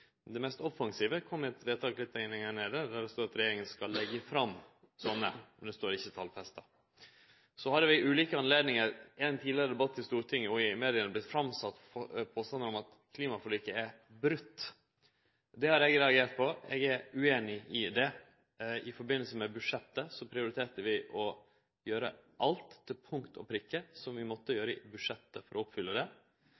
Det mest offensive kjem i eit vedtak litt lenger nede, der det står at regjeringa skal leggje fram slike, men det er ikkje talfesta. Så har det ved ulike høve i ein tidlegare debatt i Stortinget og i media vorte satt fram påstandar om at klimaforliket er brote. Det har eg reagert på. Eg er ueinig i det. I samband med budsjettet prioriterte vi å gjere – til punkt og prikke – alt vi måtte